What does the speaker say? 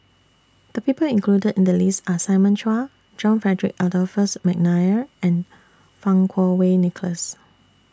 The People included in The list Are Simon Chua John Frederick Adolphus Mcnair and Fang Kuo Wei Nicholas